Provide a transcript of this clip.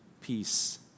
peace